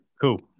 cool